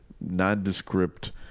nondescript